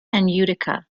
utica